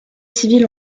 civil